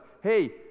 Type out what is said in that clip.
hey